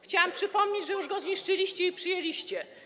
Chciałam przypomnieć, że już go zniszczyliście i przejęliście.